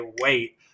wait